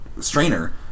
strainer